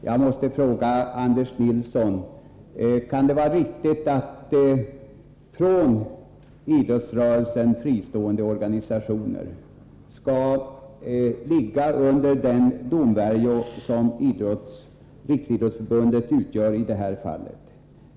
Jag måste fråga Anders Nilsson: Kan det vara riktigt att från idrottsrörelsen fristående organisationer skall falla under den domvärjo som Riksidrottsförbundet utgör i det här fallet?